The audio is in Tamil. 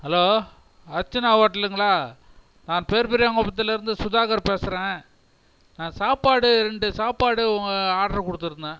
ஹலோ அர்ச்சனா ஹோட்டலுங்களா நான் பேர்பெரியான்குப்பத்திலருந்து சுதாகர் பேசுகிறேன் நான் சாப்பாடு ரெண்டு சாப்பாடு உங்கள் ஆட்ரு கொடுத்துருந்தேன்